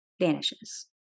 vanishes